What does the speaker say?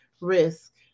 risk